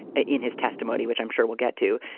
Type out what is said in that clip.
ah in his testimony, which i'm sure we'll get to,